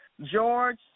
George